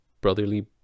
brotherly